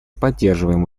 поддерживаем